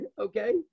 okay